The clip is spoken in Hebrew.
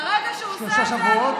ברגע שהוא עושה את זה, שלושה שבועות?